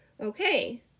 okay